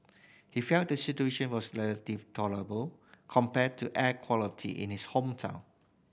he felt the situation was relative tolerable compared to air quality in his home town